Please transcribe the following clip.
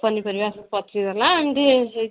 ପନିପରିବା ସବୁ ପଚିଗଲା ଏମିତି ହେଇଯାଇଛି